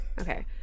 Okay